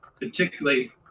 particularly